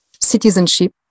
citizenship